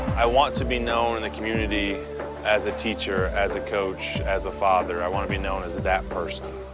i want to be known in the community as a teacher, as a coach, as a father. i want to be known as that person.